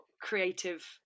creative